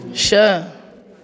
छह